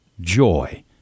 joy